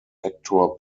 actor